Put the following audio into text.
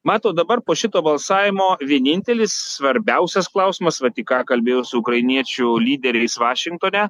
matot dabar po šito balsavimo vienintelis svarbiausias klausimas vat tik ką kalbėjau su ukrainiečių lyderiais vašingtone